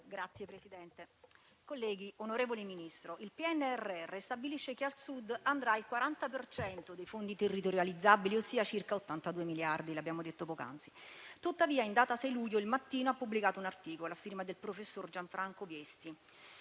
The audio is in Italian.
Signor Presidente, colleghi, onorevole Ministro, il PNRR stabilisce che al Sud andrà il 40 per cento dei fondi territorializzabili, ossia circa 82 miliardi. L'abbiamo detto poc'anzi. Tuttavia, in data 6 luglio «Il Mattino» ha pubblicato un articolo a firma del professor Gianfranco Viesti